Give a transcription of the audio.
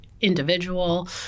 individual